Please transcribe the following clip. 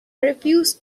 refused